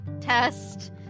test